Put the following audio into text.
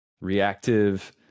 reactive